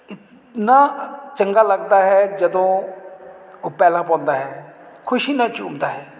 ਇਤਨਾ ਚੰਗਾ ਲੱਗਦਾ ਹੈ ਜਦੋਂ ਉਹ ਪੈਲਾਂ ਪਾਉਂਦਾ ਹੈ ਖੁਸ਼ੀ ਨਾਲ ਝੂਮਦਾ ਹੈ